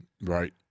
right